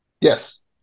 Yes